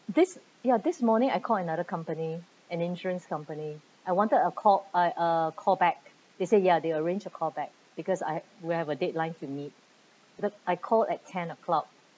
this ya this morning I call another company an insurance company I wanted a call I uh callback they say ya they'll arrange a callback because I we have a deadline to meet the I call at ten o'clock